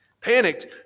Panicked